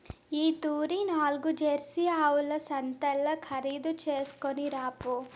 ఈ తూరి నాల్గు జెర్సీ ఆవుల సంతల్ల ఖరీదు చేస్కొని రాపో